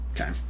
Okay